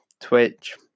Twitch